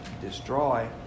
destroy